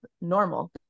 normal